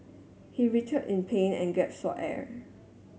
he writhed in pain and gap for air